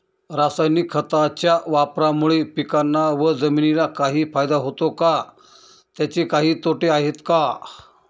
रासायनिक खताच्या वापरामुळे पिकांना व जमिनीला काही फायदा होतो का? त्याचे काही तोटे आहेत का?